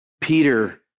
Peter